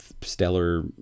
stellar